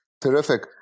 Terrific